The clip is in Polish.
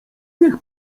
niech